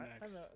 next